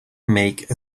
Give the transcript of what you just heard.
make